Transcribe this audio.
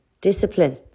discipline